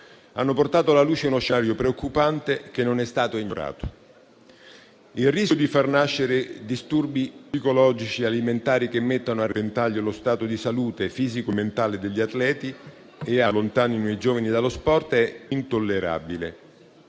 hanno portato alla luce uno scenario preoccupante, che non è stato ignorato. Il rischio di far nascere disturbi psicologici e alimentari, che mettano a repentaglio lo stato di salute fisico e mentale degli atleti e allontanino i giovani dello sport, è intollerabile.